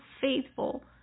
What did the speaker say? faithful